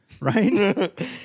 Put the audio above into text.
right